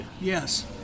yes